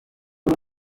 byo